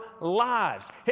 lives